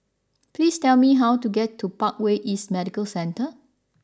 please tell me how to get to Parkway East Medical Centre